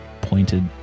pointed